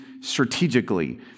strategically